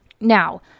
Now